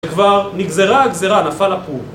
כבר נגזרה הגזרה, נפל הפור.